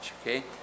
okay